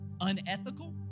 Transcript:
unethical